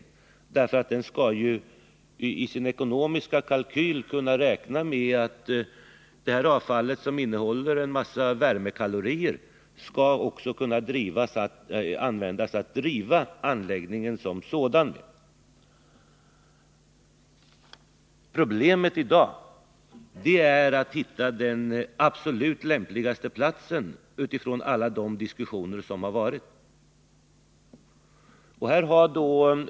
I de ekonomiska kalkylerna för anläggningen måste man ju kunna räkna med att detta avfall, som innehåller en mängd värmekalorier, också skall kunna driva anläggningen som sådan. Problemet i dag är att finna den absolut lämpligaste platsen för denna anläggning utifrån de diskussioner som har förekommit.